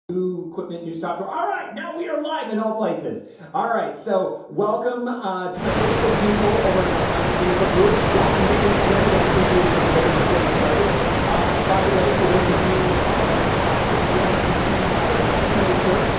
who equipment new software? all right now we are live in all places ah all right, so welcome to my facebook people over in our private facebook group. welcome to instagram. we've got three viewers over there just getting started by the way for those of you on instagram you can see my kido shirt.